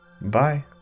Bye